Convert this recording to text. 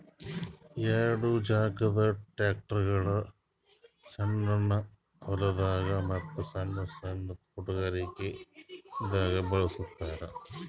ಎರಡ ಚಾಕದ್ ಟ್ರ್ಯಾಕ್ಟರ್ಗೊಳ್ ಸಣ್ಣ್ ಹೊಲ್ದಾಗ ಮತ್ತ್ ಸಣ್ಣ್ ತೊಟಗಾರಿಕೆ ದಾಗ್ ಬಳಸ್ತಾರ್